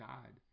God